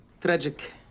Tragic